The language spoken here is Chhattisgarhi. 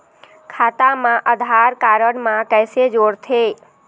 खाता मा आधार कारड मा कैसे जोड़थे?